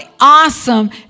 awesome